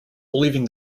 believing